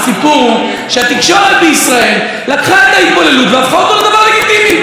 הסיפור הוא שהתקשורת בישראל לקחה את ההתבוללות והפכה אותה לדבר לגיטימי.